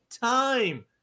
time